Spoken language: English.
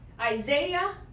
Isaiah